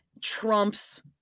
trumps